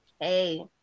hey